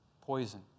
poison